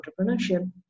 entrepreneurship